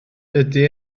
dydy